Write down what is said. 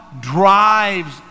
drives